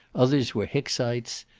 others were hicksites,